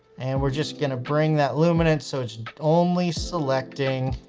and we're just going to bring that luminance so it's only selecting